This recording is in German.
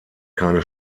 keine